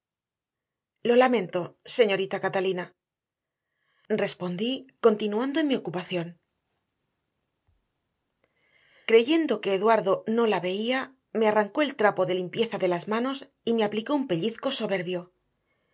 lo lamento señorita catalina respondí continuando en mi ocupación creyendo que eduardo no la veía me arrancó el trapo de limpieza de las manos y me aplicó un pellizco soberbio